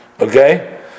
okay